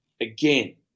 Again